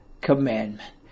commandment